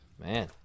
Man